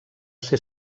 ser